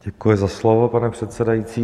Děkuji za slovo, pane předsedající.